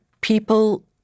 People